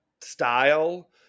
style